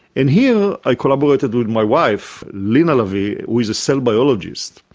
and here i collaborated with my wife, lena lavie, who is a cell biologist,